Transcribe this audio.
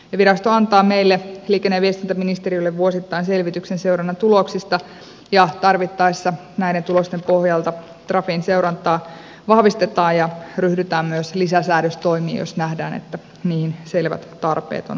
virasto antaa meille liikenne ja viestintäministeriölle vuosittain selvityksen seurannan tuloksista ja tarvittaessa näiden tulosten pohjalta trafin seurantaa vahvistetaan ja ryhdytään myös lisäsäädöstoimiin jos nähdään että niihin selvät tarpeet on olemassa